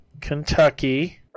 Kentucky